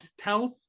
health